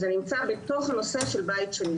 זה נמצא בתוך הנושא של בית שני,